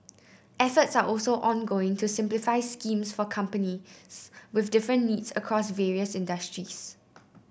efforts are also ongoing to simplify schemes for companies with different needs across various industries